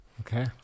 Okay